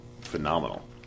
phenomenal